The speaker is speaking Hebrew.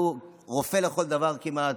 שהוא רופא לכל דבר כמעט,